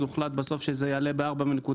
אבל הוחלט בסוף שזה יעלה ב-4.9,